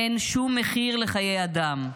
אין שום מחיר לחיי אדם.